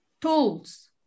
tools